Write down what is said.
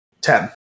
Ten